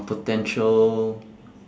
potential